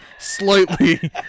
slightly